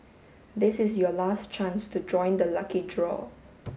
this is your last chance to join the lucky draw